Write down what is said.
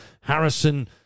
Harrison